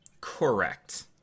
Correct